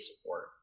support